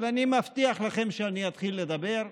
אבל אני מבטיח לכם שאני אתחיל לדבר.